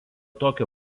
tokio